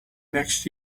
next